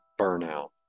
burnout